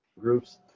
groups